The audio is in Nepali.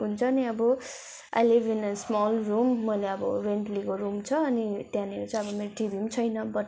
हुन्छ नि अब I live in a small room मैले अब रेन्ट लिएको रुम छ अनि त्यहाँनिर चाहिँ अब मेरो टिभी नि छैन बट